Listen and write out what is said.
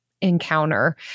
Encounter